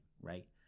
right